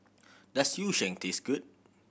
does Yu Sheng taste good